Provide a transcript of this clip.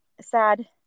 sad